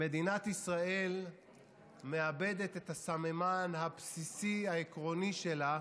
מדינת ישראל מאבדת את הסממן הבסיסי, העקרוני שלה